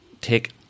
take